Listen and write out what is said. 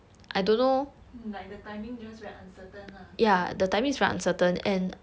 like the timing just very uncertain lah